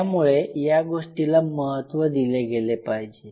त्यामुळे या गोष्टीला महत्त्व दिले गेले पाहिजे